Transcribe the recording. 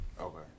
Okay